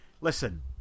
Listen